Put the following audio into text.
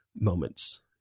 moments